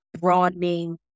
broadening